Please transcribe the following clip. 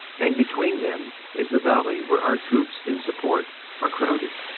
and between them is the valley where our troops in support are crowded.